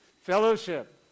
Fellowship